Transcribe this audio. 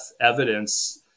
evidence